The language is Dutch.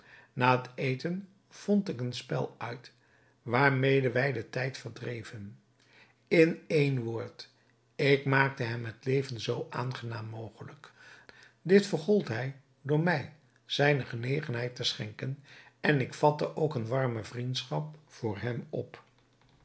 na het eten vond ik een spel uit waarmede wij den tijd verdreven in één woord ik maakte hem het leven zoo aangenaam mogelijk dit vergold hij door mij zijne genegenheid te schenken en ik vatte ook eene warme vriendschap voor hem op